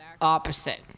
opposite